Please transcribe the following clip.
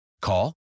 Call